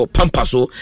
Pampaso